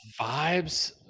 vibes